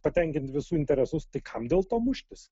patenkinti visų interesus tai kam dėl to muštis